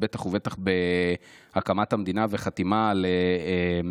בטח ובטח בהקמת המדינה והחתימה על מגילת